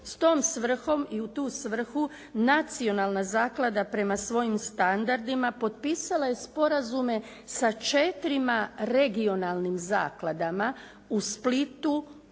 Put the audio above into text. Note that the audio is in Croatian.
S tom svrhom i u tu svrhu nacionalna zaklada prema svojim standardima potpisala je sporazume sa četrima regionalnim zakladama u Splitu,